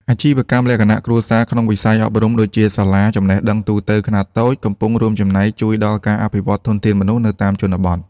អាជីវកម្មលក្ខណៈគ្រួសារក្នុងវិស័យអប់រំ ដូចជាសាលាចំណេះដឹងទូទៅខ្នាតតូច កំពុងរួមចំណែកជួយដល់ការអភិវឌ្ឍធនធានមនុស្សនៅតាមជនបទ។